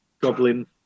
goblin